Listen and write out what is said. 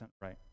right